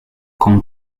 con